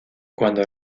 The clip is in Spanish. cuando